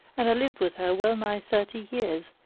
and i lived with her well nigh thirty years,